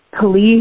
police